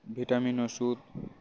vitamin ওষুধ